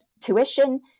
tuition